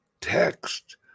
text